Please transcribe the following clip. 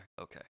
Okay